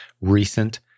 recent